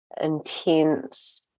intense